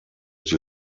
die